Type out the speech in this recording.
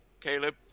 Caleb